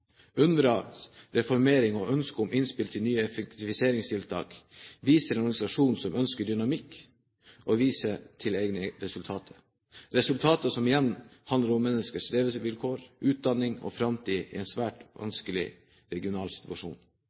UNRWAs reformering og ønske om innspill til nye effektiviseringstiltak viser en organisasjon som ønsker dynamikk og å vise til egne resultater – resultater som igjen handler om menneskers levevilkår, utdanning og framtid, i en svært vanskelig regional situasjon.